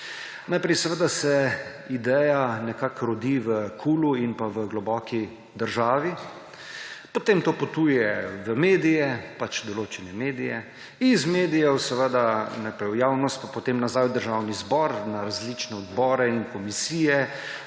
Naprej seveda se ideja nekako rodi v KUL in v globoki državi, potem to potuje v medije, pač določene medije, iz medijev najprej v javnost pa potem nazaj v Državni zbor, na različne odbore in komisije,